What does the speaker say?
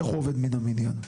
איך עובד מן המניין?